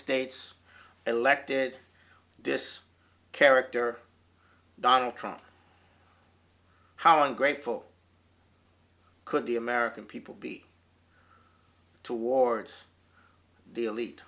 states elected this character donald trump how ungrateful could the american people be towards the elite